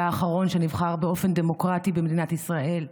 האחרון שנבחר באופן דמוקרטי במדינת ישראל,